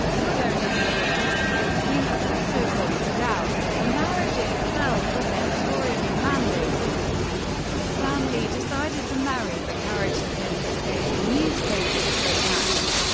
would only be worse. he has also pointed out that the marriage itself was editorially mandated stan lee decided to marry the characters in his daily newspaper strip and,